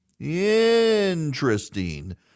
interesting